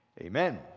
amen